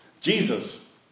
Jesus